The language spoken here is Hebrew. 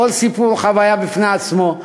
וכל סיפור הוא חוויה בפני עצמה.